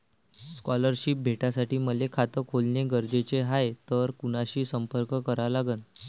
Scholarship भेटासाठी मले खात खोलने गरजेचे हाय तर कुणाशी संपर्क करा लागन?